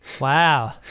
Wow